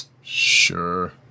Sure